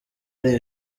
ari